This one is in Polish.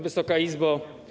Wysoka Izbo!